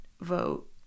vote